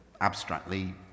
abstractly